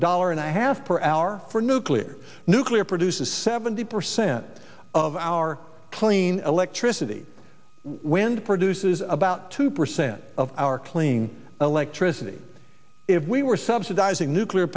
dollar and a half per hour for nuclear nuclear produces seventy percent of our clean electricity wind produces about two percent of our clean electricity if we were subsidizing nuclear